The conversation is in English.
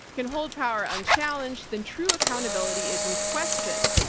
can hold power unchallenged then true accountability is in question.